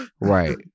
Right